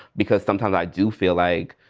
because sometimes i do feel like,